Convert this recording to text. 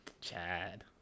Chad